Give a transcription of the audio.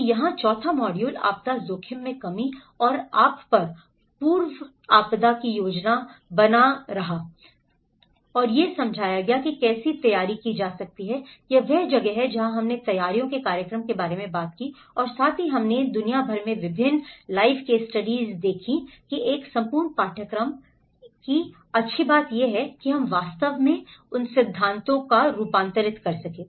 तो यहां चौथा मॉड्यूल आपदा जोखिम में कमी और आप पर पूर्व आपदा की योजना बना रहा है पता है कि कोई कैसे तैयारी कर सकता है यह वह जगह है जहां हमने तैयारियों के कार्यक्रमों के बारे में बात की है और साथ ही हमें दुनिया भर में विभिन्न लाइव केस स्टडी दी जाती है और एक संपूर्ण पाठ्यक्रम इस पाठ्यक्रम के बारे में एक अच्छी बात यह है कि हम वास्तव में सिद्धांत लाए हैं